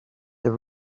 the